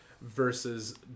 versus